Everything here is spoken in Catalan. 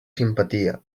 simpatia